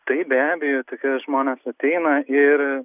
tai be abejo tokie žmonas ateina ir